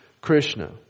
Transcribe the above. Krishna